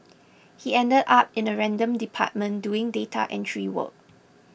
he ended up in a random department doing data entry work